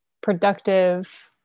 productive